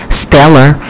stellar